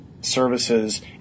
services